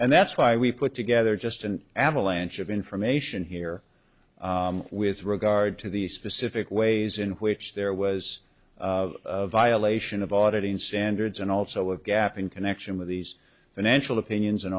and that's why we put together just an avalanche of information here with regard to the specific ways in which there was a violation of auditing standards and also a gap in connection with these financial opinions and